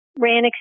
ran